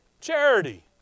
Charity